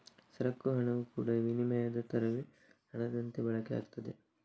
ಸರಕು ಹಣವು ಕೂಡಾ ವಿನಿಮಯದ ತರವೇ ಹಣದಂತೆ ಬಳಕೆ ಆಗ್ತದೆ